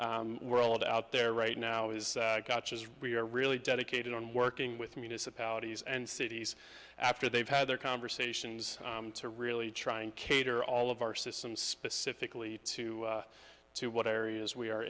share world out there right now is gotchas we are really dedicated on working with municipalities and cities after they've had their conversations to really try and cater all of our systems specifically to to what areas we are